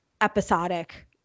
episodic